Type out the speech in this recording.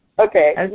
Okay